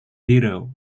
bureau